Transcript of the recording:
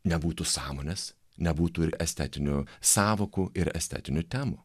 nebūtų sąmonės nebūtų ir estetinių sąvokų ir estetinių temų